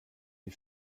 die